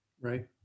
Right